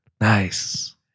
Nice